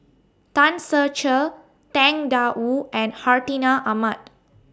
Tan Ser Cher Tang DA Wu and Hartinah Ahmad